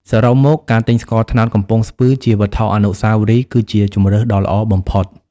សរុបមក ការទិញស្ករត្នោតកំពង់ស្ពឺជាវត្ថុអនុស្សាវរីយ៍គឺជាជម្រើសដ៏ល្អបំផុត។